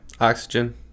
oxygen